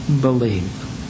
believe